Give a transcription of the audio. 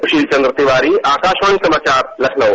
सुशील चंद तिवारी आकाशवाणी समाचार लखनऊ